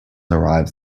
arrives